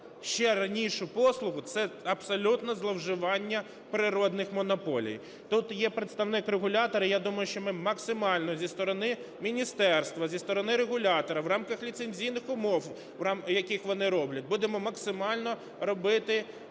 ще раніше послуги, це абсолютно зловживання природних монополій . Тут є представник регулятора. Я думаю, що ми максимально зі сторони міністерства, зі сторони регулятора в рамках ліцензійних умов, в яких вони роблять, будемо максимально робити